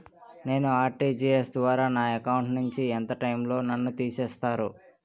నేను ఆ.ర్టి.జి.ఎస్ ద్వారా నా అకౌంట్ నుంచి ఎంత టైం లో నన్ను తిసేస్తారు?